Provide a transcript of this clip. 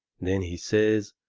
then he says,